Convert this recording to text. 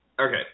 Okay